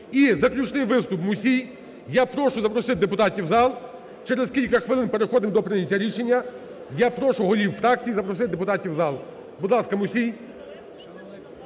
заключний виступ – Мусій. Я прошу запросити депутатів у зал, через кілька хвилин переходимо до прийняття рішення, я прошу голів фракцій запросити депутатів у зал. Будь ласка, Мусій.